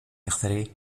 εχθροί